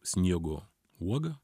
sniego uoga